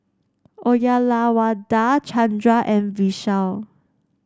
Uyyalawada Chandra and Vishal